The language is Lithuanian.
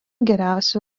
geriausių